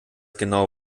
genau